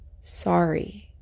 sorry